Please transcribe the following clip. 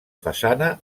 façana